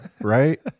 right